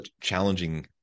challenging